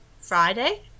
Friday